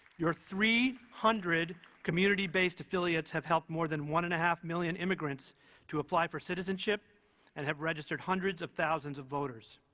your three hundred community-based affiliates have helped more than one and a half million immigrants to apply for citizenship and have registered hundreds of thousands of voters.